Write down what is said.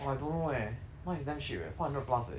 oh I don't know eh now it's damn cheap leh four hundred plus leh